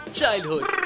childhood